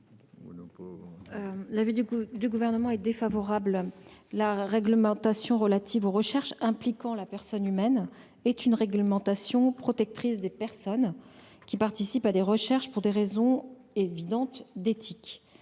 coût du Gouvernement est défavorable, la réglementation relative aux recherches impliquant la personne humaine est une réglementation protectrice des personnes qui participent à des recherches pour des raisons évidentes d'éthique